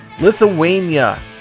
Lithuania